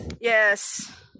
yes